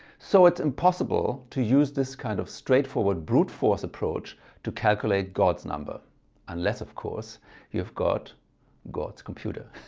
so it's impossible to use this kind of straightforward brute force approach to calculate god's number unless of course you've got god's computer